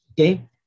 Okay